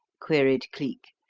queried cleek.